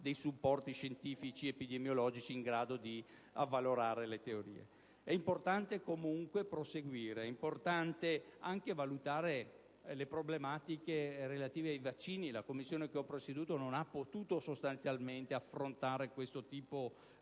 È importante comunque proseguire; è importante anche valutare le problematiche relative ai vaccini. La Commissione che ho presieduto non ha potuto sostanzialmente affrontare questo tipo di aspetto, che